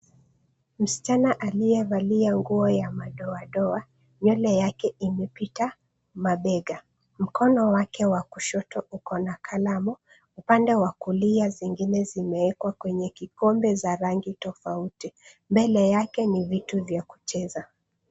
Msichana aliyevaa nguo ya madoadoa nywele yake imepita mabega, mkono wake wa kushoto uko na kalamu, upande wa kulia zingine zimewekwa kwenye kikombe za rangi tofauti, mbele yake ni vitu vya kucheza.